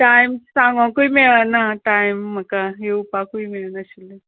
time सांगोकूय मेळना time म्हाका येवपाकूय मेळनाशिल्ले